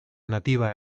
nativa